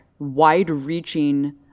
wide-reaching